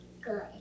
Good